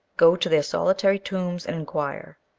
go to their solitary tombs and inquire.